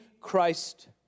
Christ